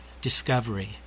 discovery